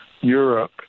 Europe